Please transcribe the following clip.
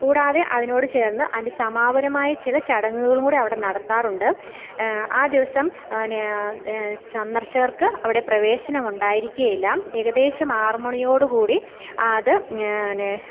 കൂടാതെ അതിനോട് ചേർന്ന് അന് സമാപനമായ ചില ചടങ്ങുകൾ കൂടെ അവിടെ നടത്താറുണ്ട് ആ ദിവസം ന് സന്ദർശകർക്ക് അവിടെ പ്രവേശനം ഉണ്ടായിരിക്കുകയില്ല ഏകദേശം ആറ് മണിയോട് കൂടി ആ അത് ന്